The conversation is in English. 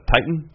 Titan